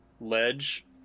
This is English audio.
ledge